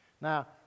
Now